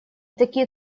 такие